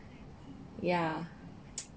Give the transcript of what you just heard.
yeah